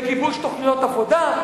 בגיבוש תוכניות עבודה,